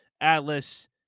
atlas